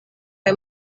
kaj